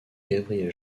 gabriel